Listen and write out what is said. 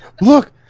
Look